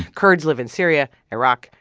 kurds live in syria, iraq,